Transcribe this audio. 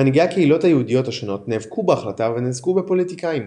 מנהיגי הקהילות היהודיות השונות נאבקו בהחלטה ונעזרו בפוליטיקאים,